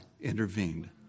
intervened